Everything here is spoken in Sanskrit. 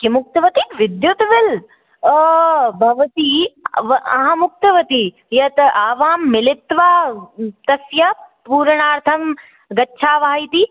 किम् उक्तवती विद्युतविल् भवती अव अहम् उक्तवती यत् आवां मिलित्वा तस्य पूरणार्थं गच्छावः इति